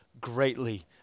greatly